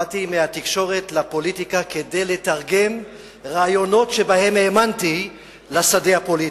באתי להתקשרות לפוליטיקה כדי לתרגם רעיונות שבהם האמנתי לשדה הפוליטי.